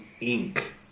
ink